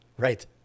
Right